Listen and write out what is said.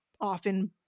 often